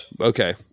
Okay